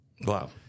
Wow